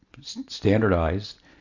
standardized